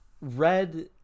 red